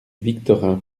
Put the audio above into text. victorin